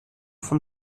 von